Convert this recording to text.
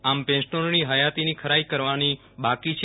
આમ પેન્શનરોની હયાતીની ખરાઈ કરવાની બાકી છે